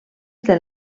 del